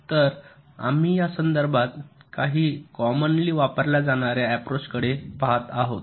तर आम्ही या संदर्भात काही कॉमनली वापरल्या जाणार्या अप्रोचकडे पाहत आहोत